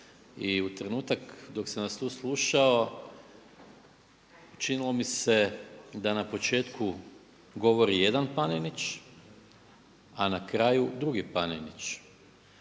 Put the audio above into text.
i u trenutku dok sam vas tu slušao učinilo mi se da na početku govori jedan Panenić, a na kraju drugi Panenić.